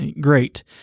great